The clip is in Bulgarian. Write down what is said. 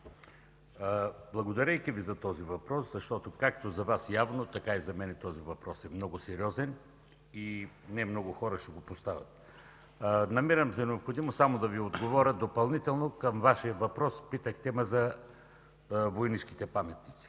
Благодарейки Ви за този въпрос, защото както явно за Вас, така и за мен този въпрос е много сериозен и не много хора ще го поставят. Намирам за необходимо допълнително да Ви отговоря към Вашия въпрос – питахте ме за войнишките паметници,